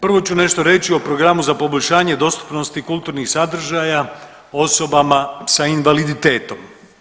Prvo ću nešto reći o Programu za poboljšanje dostupnosti kulturnih sadržaja osobama sa invaliditetom.